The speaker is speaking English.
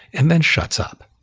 and then shuts up.